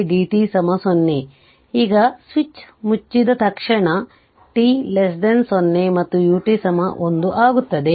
dvdt0 ಈಗ switch ಮುಚ್ಚಿದ ತಕ್ಷಣ t0 ಮತ್ತು u 1 ಆಗುತ್ತದೆ